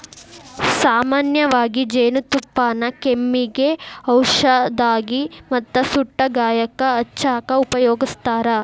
ಸಾಮನ್ಯವಾಗಿ ಜೇನುತುಪ್ಪಾನ ಕೆಮ್ಮಿಗೆ ಔಷದಾಗಿ ಮತ್ತ ಸುಟ್ಟ ಗಾಯಕ್ಕ ಹಚ್ಚಾಕ ಉಪಯೋಗಸ್ತಾರ